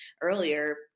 earlier